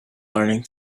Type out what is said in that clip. learning